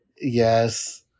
Yes